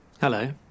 Hello